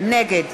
נגד